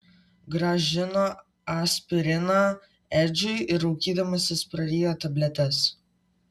grąžino aspiriną edžiui ir raukydamasis prarijo tabletes